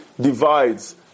divides